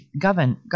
govern